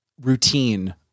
routine